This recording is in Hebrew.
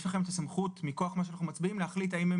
יש לכם את הסמכות מכוח מה שאנחנו מצביעים להחליט האם הם